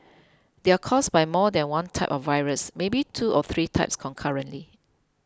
they are caused by more than one type of virus maybe two or three types concurrently